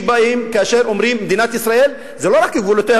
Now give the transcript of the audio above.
כאשר אומרים "מדינת ישראל" זה לא רק גבולותיה